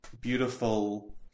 beautiful